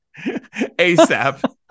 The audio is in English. ASAP